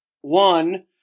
One